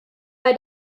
bei